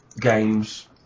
games